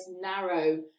narrow